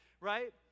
right